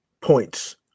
points